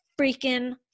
freaking